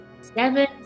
Seven